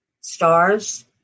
stars